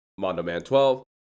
MondoMan12